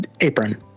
apron